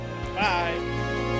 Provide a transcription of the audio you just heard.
bye